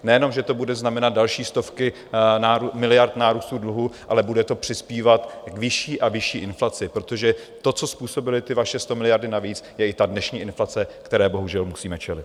Nejenom že to bude znamenat další stovky miliard nárůstu dluhu, ale bude to přispívat k vyšší a vyšší inflaci, protože to, co způsobily vaše stamiliardy navíc, je i ta dnešní inflace, které bohužel musíme čelit.